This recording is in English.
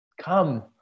Come